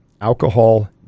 Alcohol